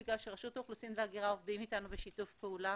בגלל שרשות האוכלוסין וההגירה עובדים איתנו בשיתוף פעולה,